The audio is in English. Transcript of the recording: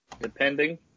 depending